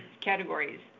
categories